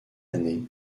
année